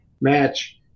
match